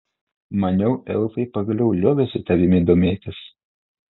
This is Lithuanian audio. maniau elfai pagaliau liovėsi tavimi domėtis